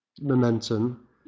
momentum